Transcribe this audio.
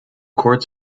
courts